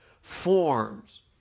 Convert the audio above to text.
forms